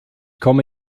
komme